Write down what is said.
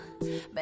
Baby